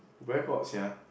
where got sia